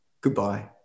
Goodbye